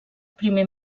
primer